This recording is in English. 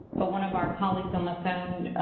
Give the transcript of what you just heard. but one of our colleagues on the phone,